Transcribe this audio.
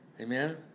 Amen